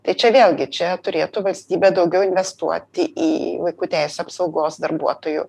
tai čia vėlgi čia turėtų valstybė daugiau investuoti į vaikų teisių apsaugos darbuotojų